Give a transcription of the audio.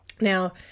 Now